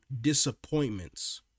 disappointments